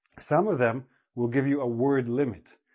some of them will give you a word limit.